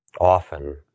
often